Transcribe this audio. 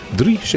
drie